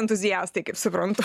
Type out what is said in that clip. entuziastai kaip suprantu